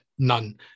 None